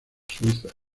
suiza